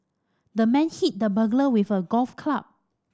the man hit the burglar with a golf club